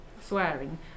swearing